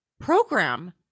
program